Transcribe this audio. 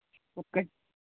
okay